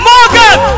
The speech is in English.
Morgan